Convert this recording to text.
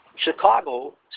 Chicago